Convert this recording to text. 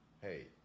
hey